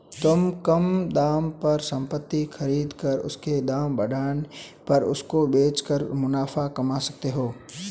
तुम कम दाम पर संपत्ति खरीद कर उसके दाम बढ़ने पर उसको बेच कर मुनाफा कमा सकते हो